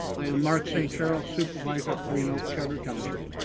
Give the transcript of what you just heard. i'm mark st. charles, supervisor at green oak charter township.